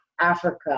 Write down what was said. Africa